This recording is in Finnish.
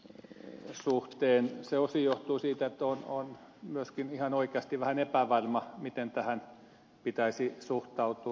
se osin johtuu siitä että olen myöskin ihan oikeasti vähän epävarma miten tähän pitäisi suhtautua